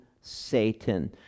Satan